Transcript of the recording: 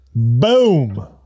boom